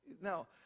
now